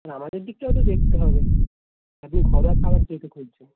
না আমাদের দিকটাও তো দেখতে হবে আপনি খাবার যেহেতু খুঁজছেন